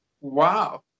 wow